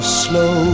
slow